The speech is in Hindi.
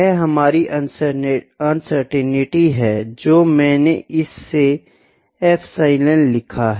यह हमारी अनसर्टेनिटी है जो मैंने इससे एप्सिलॉन लिखा है